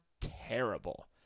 terrible